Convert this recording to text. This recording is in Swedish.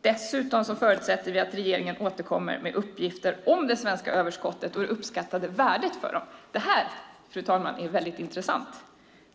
Dessutom förutsätter vi att regeringen återkommer med uppgifter om det svenska överskottet och det uppskattade värdet av det. Det här, fru talman, är väldigt intressant.